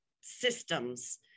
systems